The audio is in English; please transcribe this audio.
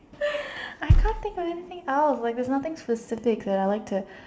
I can't think of anything else like there's nothing specific that I like to